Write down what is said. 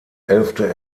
elfte